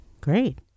Great